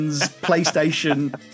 PlayStation